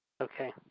Okay